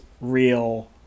real